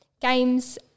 games